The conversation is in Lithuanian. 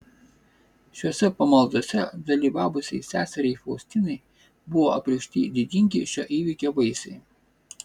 šiose pamaldose dalyvavusiai seseriai faustinai buvo apreikšti didingi šio įvyko vaisiai